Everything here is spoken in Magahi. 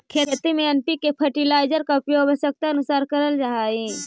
खेती में एन.पी.के फर्टिलाइजर का उपयोग आवश्यकतानुसार करल जा हई